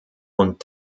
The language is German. und